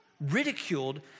ridiculed